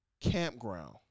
campground